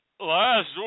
last